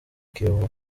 kiyovu